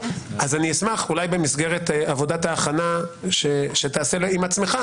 אני אשמח אולי במסגרת עבודת ההכנה שתעשה עם עצמך,